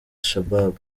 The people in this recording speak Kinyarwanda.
shabab